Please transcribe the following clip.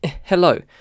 hello